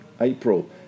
April